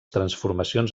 transformacions